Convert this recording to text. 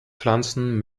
pflanzen